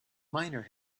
miner